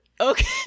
Okay